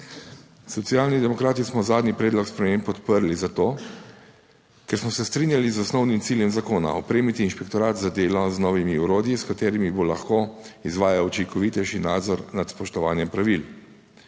Socialni demokrati smo zadnji predlog sprememb podprli, zato, ker smo se strinjali z osnovnim ciljem zakona. Opremiti Inšpektorat za delo z novimi orodji, s katerimi bo lahko izvajal učinkovitejši nadzor nad spoštovanjem pravil.